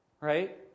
right